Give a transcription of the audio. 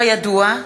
כידוע,